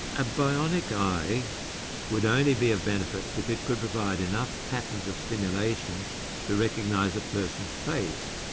a bionic eye would only be of benefit if it could provide enough patterns of stimulation to recognise a person's face,